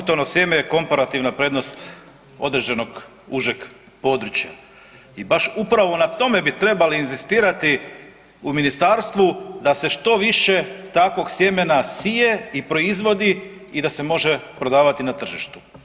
Autohtono sjeme je komparativna prednost određenog užeg područja i baš upravo na tome bi trebali inzistirati u ministarstvu da se što više takvog sjemena sije i proizvodi i da se može prodavati na tržištu.